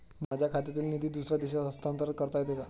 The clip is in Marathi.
माझ्या खात्यातील निधी दुसऱ्या देशात हस्तांतर करता येते का?